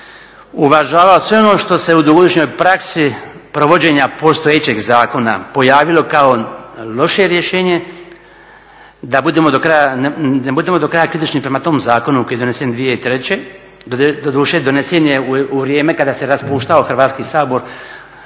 uvažava sve ono što se u dugogodišnjoj praksi provođenja postojećeg zakona pojavilo kao loše rješenje, da budemo do kraja kritični prema tom zakonu koji je donesen 2003. Doduše donesen je u vrijeme kada se raspuštao Hrvatski sabor,